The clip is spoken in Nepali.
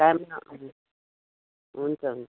टाइम न हुन्छ मिस